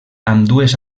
ambdues